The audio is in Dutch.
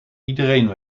iedereen